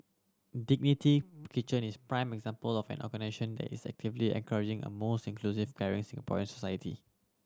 Dignity Kitchen is a prime example of an organisation that is actively encouraging a more inclusive caring Singaporean society